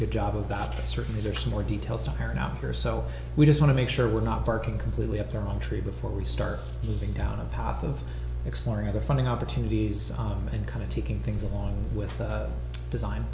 good job of that certainly there's more details to her and after so we just want to make sure we're not parking completely up there on tree before we start moving down the path of exploring other funding opportunities and kind of taking things along with design